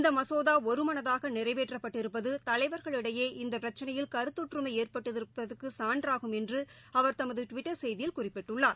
இந்தமசோதா ஒருமனதாக நிறைவேற்றப்பட்டிருப்பது தலைவர்களிடையே இந்தபிரச்சினையில் கருத்தொற்றுமைஏற்பட்டிருப்பதற்குசான்றாகும் என்றுஅவர் தமதுடுவிட்டர் செய்தியில் குறிப்பிட்டுள்ளார்